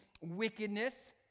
wickedness